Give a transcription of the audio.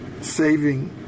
saving